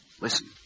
Listen